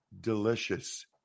Delicious